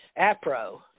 APRO